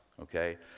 okay